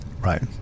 Right